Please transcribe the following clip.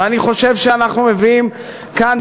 ואני חושב שאנחנו מביאים כאן,